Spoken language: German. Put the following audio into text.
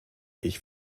ich